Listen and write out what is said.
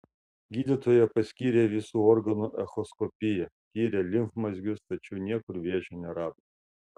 gydytoja paskyrė visų organų echoskopiją tyrė limfmazgius tačiau niekur vėžio nerado